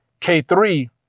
K3